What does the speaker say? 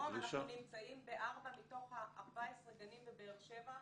אנחנו נמצאים בארבעה מתוך 14 הגנים בבאר שבע,